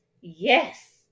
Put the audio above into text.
yes